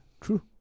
True